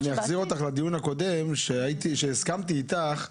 אני אחזיר אותך לדיון הקודם שבו הסכמתי איתך,